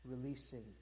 releasing